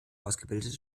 ausgebildete